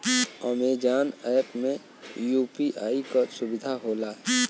Amazon app में UPI क सुविधा होला